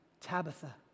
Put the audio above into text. Tabitha